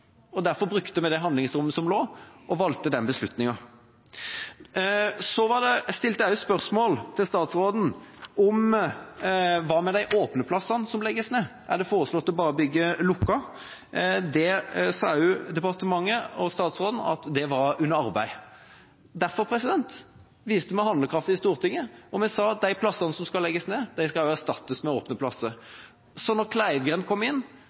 seg, derfor brukte vi det handlingsrommet som lå, og valgte den beslutninga. Jeg stilte også spørsmål til statsråden om de åpne plassene som legges ned. Er det foreslått bare å bygge lukkede? Det sa departementet og statsråden at var under arbeid. Derfor viste vi handlekraft i Stortinget, og vi sa at de plassene som skal legges ned, skal også erstattes med åpne plasser. Så da Kleivgrend kom inn,